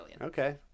Okay